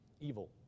Evil